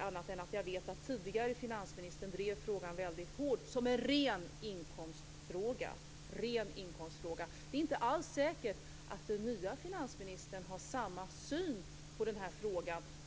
annat än att jag vet att tidigare finansministern drev frågan väldigt hårt som en ren inkomstfråga. Det är inte alls säkert att den nya finansministern har samma syn på den här frågan.